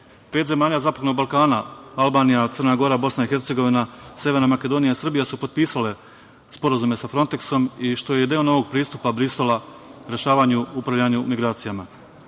Pet zemalja zapadnog Balkana Albanija, Crna Gora, BiH, Severna Makedonija i Srbija su potpisale sporazume sa Fronteksom što je deo novog pristupa Brisela rešavanju, upravljanju migracijama. Saradnja